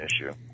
issue